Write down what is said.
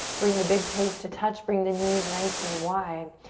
bring the big toes to touch. bring the knees nice and wide.